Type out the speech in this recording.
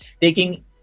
taking